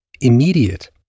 immediate